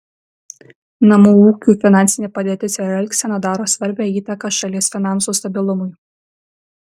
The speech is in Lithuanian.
namų ūkių finansinė padėtis ir elgsena daro svarbią įtaką šalies finansų stabilumui